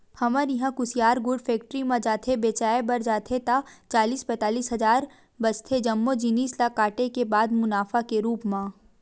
हमर इहां कुसियार गुड़ फेक्टरी म जाथे बेंचाय बर जाथे ता चालीस पैतालिस हजार बचथे जम्मो जिनिस ल काटे के बाद मुनाफा के रुप म